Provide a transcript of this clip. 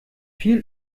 viel